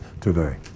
today